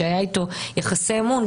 שהיו איתו יחסי אמון,